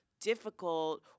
difficult